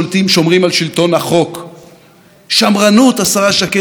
זה לשמור קודם כול על הקהילה שבה אתה חי,